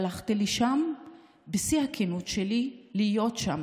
הלכתי לשם בשיא הכנות שלי להיות שם,